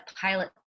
pilot